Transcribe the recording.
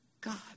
God